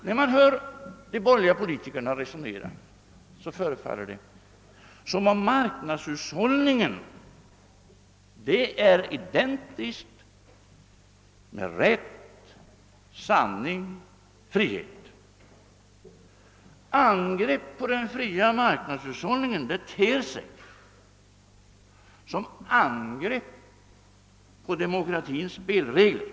När man hör de borgerliga politikerna förefaller det som om marknadshushållning är identisk med rätt, sanning och frihet och att angrepp på den fria marknadshushållningen är angrepp på demokratins spelregler.